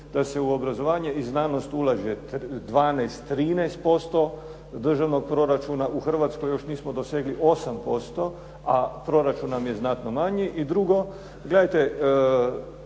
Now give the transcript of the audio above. da se u obrazovanje i znanost ulaže 12, 13% državnog proračuna, u Hrvatskoj još nismo dosegli 8%, a proračun nam je znatno manji. I drugo, gledajte,